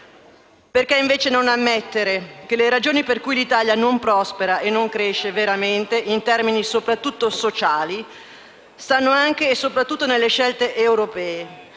Perché invece non ammettete che le ragioni per cui l'Italia non prospera e non cresce veramente - in termini soprattutto sociali - stanno anche e soprattutto nelle scelte europee?